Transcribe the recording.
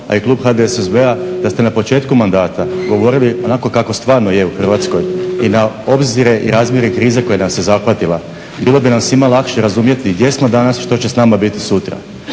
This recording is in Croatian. a i klub HDSSB-a da ste na početku mandata govorili onako kako stvarno je u Hrvatskoj i na obzire i razmjere krize koja nas je zahvatila. Bilo bi nam svima lakše razumjeti gdje smo danas i što će s nama biti sutra.